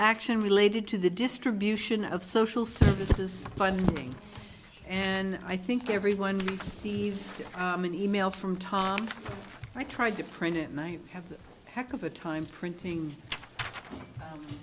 action related to the distribution of social services funding and i think everyone sees an email from tom i tried to print it and i have heck of a time printing